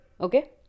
okay